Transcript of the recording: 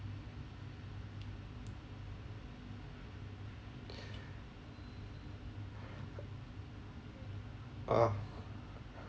ah